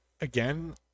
Again